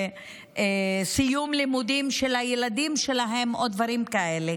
סיום לימודים של הילדים שלהם או דברים כאלה.